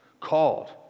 called